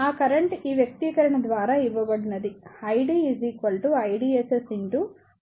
ఆ కరెంట్ ఈ వ్యక్తీకరణ ద్వారా ఇవ్వబడినది IDIDSS1 VGSVP2 ఇక్కడ VP